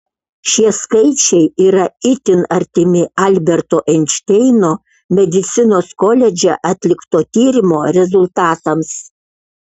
šie skaičiai yra itin artimi alberto einšteino medicinos koledže atlikto tyrimo rezultatams